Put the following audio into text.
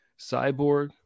Cyborg